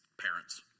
parents